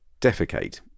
defecate